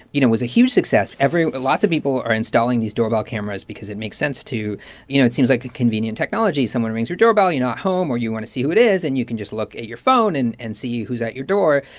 you know, was a huge success. every lots of people are installing these doorbell cameras because it makes sense to you know, it seems like a convenient technology. someone rings your doorbell, you know, at home or you want to see who it is. and you can just look at your phone and and see who's at your door.